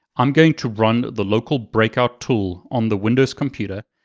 i'm going to run the local breakout tool on the windows computer,